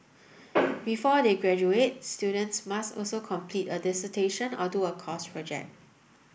before they graduate students must also complete a dissertation or do a course project